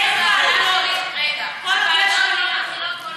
אני צריכה שהוועדה שלי, זה לא קשור.